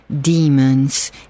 demons